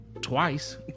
twice